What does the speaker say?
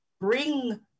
bring